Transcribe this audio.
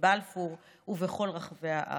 בבלפור ובכל רחבי הארץ.